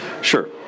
Sure